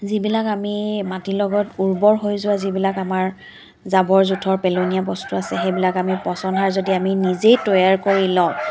যিবিলাক আমি মাটিৰ লগত উৰ্বৰ হৈ যোৱা যিবিলাক আমাৰ জাবৰ জোথৰ পেলনীয়া বস্তু আছে সেইবিলাক আমি পচন সাৰ যদি নিজে তৈয়াৰ কৰি লওঁ